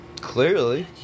clearly